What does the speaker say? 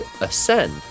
ascend